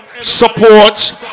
support